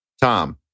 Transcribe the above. Tom